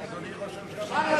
אפשר ללכת באוטובוס.